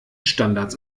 standards